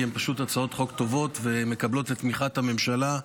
כי הן פשוט הצעות חוק טובות ומקבלות את תמיכת הממשלה,